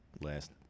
last